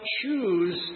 choose